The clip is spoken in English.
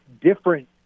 different